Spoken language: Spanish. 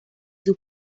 sus